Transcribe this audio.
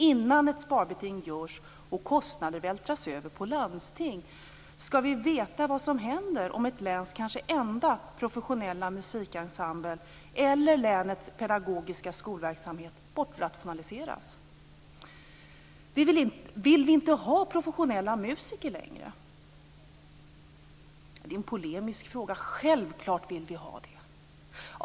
Innan ett sparbeting görs och kostnaderna vältras över på landsting skall vi veta vad som händer om ett läns enda professionella musikensemble eller länets pedagogiska skolverksamhet bortrationaliseras. Vill vi inte ha professionella musiker längre? Det är en polemisk fråga. Självfallet vill vi det.